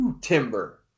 Timber